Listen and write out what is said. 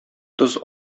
тоз